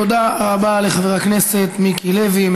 תודה רבה לחבר הכנסת מיקי לוי.